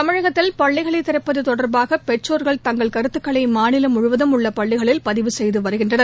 தமிழகத்தில் பள்ளிகளை திறப்பது தொடர்பாக பெற்றோர்கள் தங்கள் கருத்துகளை மாநிலம் முழுவதிலும் உள்ள பள்ளிகளில் பதிவு செய்து வருகின்றனர்